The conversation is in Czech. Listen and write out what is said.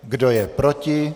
Kdo je proti?